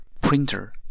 printer